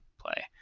play